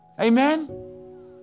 Amen